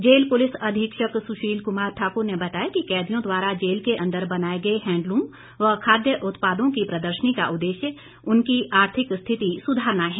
jail पुलिस अधीक्षक सुशील कुमार ठाकुर ने बताया कि कैदियों द्वारा जेल के अंदर बनाए गए हैंडलूम व खाद्य उत्पादों की प्रदर्शनी का उद्देश्य उनकी आर्थिक स्थिति सुधारना है